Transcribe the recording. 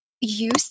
use